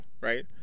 right